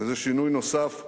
וזה שינוי נוסף חשוב.